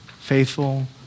faithful